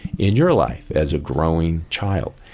in your life as a growing child.